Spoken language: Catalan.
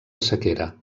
sequera